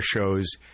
shows